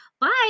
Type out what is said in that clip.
Bye